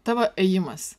tavo ėjimas